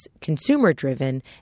consumer-driven